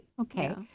Okay